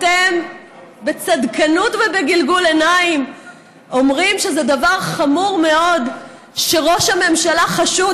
אתם בצדקנות ובגלגול עיניים אומרים שזה דבר חמור מאוד שראש הממשלה חשוד,